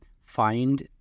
find